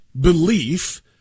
belief